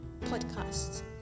podcasts